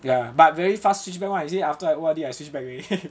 ya but very fast switch back [one] you see after I O_R_D I switch back already